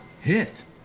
hit